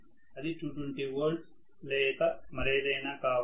అది 220V లేక మరేదైనా కావచ్చు